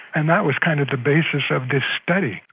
and that was kind of the basis of this study.